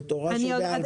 זאת תורה שבעל פה?